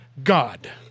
God